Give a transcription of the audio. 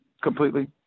completely